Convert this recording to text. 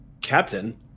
Captain